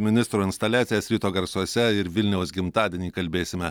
ministro instaliacijas ryto garsuose ir vilniaus gimtadienį kalbėsime